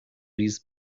ریز